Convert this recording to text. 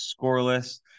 scoreless